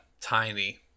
tiny